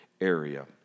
area